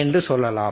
என்று சொல்லலாம்